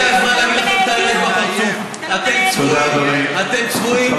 הגיע הזמן לומר לכם את האמת בפרצוף: אתם צבועים,